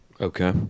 Okay